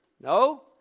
No